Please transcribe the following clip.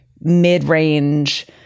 mid-range